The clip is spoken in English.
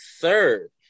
third